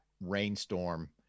rainstorm